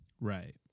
right